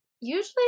usually